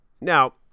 Now